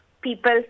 people